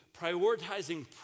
Prioritizing